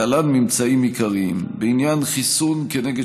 להלן ממצאים עיקריים: בעניין חיסון נגד